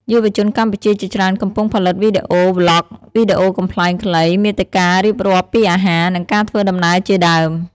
យុវជនកម្ពុជាជាច្រើនកំពុងផលិតវីដេអូ vlogs វីដេអូកំប្លែងខ្លី មាតិការៀបរាប់ពីអាហារ និងការធ្វើដំណើរជាដើម។